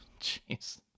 Jeez